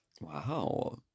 Wow